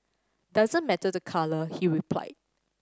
doesn't matter the colour he replied